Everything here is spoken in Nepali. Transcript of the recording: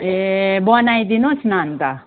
ए बनाइ दिनुहोस् न अन्त